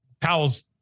Powell's